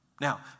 Now